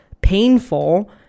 painful